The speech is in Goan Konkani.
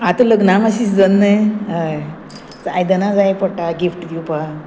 आतां लग्ना मातशें शिजन्न न्ही हय आयदनां जाय पडटा गिफ्ट दिवपाक